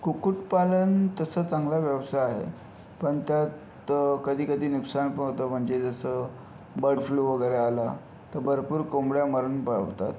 कुक्कुटपालन तसा चांगला व्यवसाय आहे पण त्यात कधी कधी नुकसान पण होतं म्हणजे जसं बर्डफ्लू वगैरे आला तर भरपूर कोंबड्या मरण पावतात